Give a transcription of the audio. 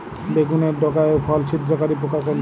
বেগুনের ডগা ও ফল ছিদ্রকারী পোকা কোনটা?